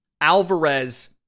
Alvarez